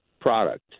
product